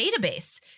database